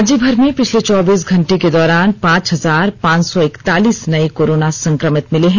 राज्य भर में पिछले चौबीस घंटे के दौरान पांच हजार पांच सौ इकतालीस नए कोरोना संक्रमित मिले हैं